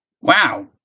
Wow